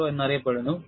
0 എന്നറിയപ്പെടുന്നു